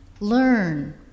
learn